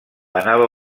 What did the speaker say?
anava